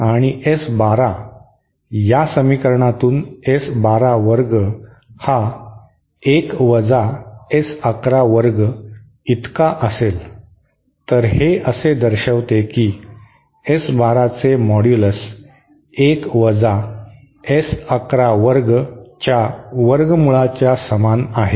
आणि S 1 2 या समीकरणातून S 1 2 वर्ग हा 1 वजा S 1 1 वर्ग इतके असेल तर हे असे दर्शविते की S 1 2 चे मॉड्यूलस 1 वजा S 1 1 वर्ग च्या वर्गमूळाच्या समान आहे